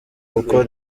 kuko